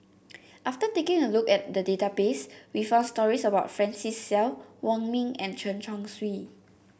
after taking a look at the database we found stories about Francis Seow Wong Ming and Chen Chong Swee